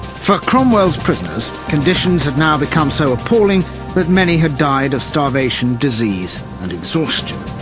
for cromwell's prisoners, conditions have now become so appalling that many have died of starvation, disease and exhaustion.